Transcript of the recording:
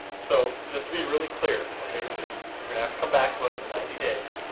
so just to be really clear, okay, so you're gonna have to come back to us in ninety days,